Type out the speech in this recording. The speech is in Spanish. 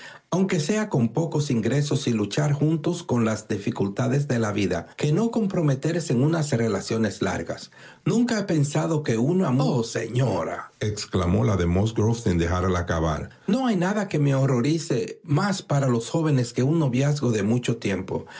aunque sea con pocos ingresos y luchar juntos con las dificultades de la vida que no comprometerse en unas relaciones largas nunca he pensado que una mutua oh señora exclamó la de musgrove sin dejarla acabar no hay nada que me horrorice más para los jóvenes que un noviazgo de mucho tiempo